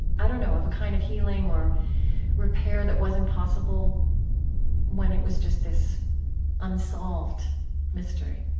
i don't know, of a kind of healing or repair that wasn't possible when it was just this unsolved mystery?